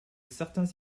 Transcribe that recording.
certains